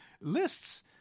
lists